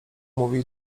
mówi